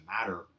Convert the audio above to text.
matter